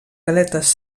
galetes